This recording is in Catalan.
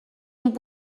amb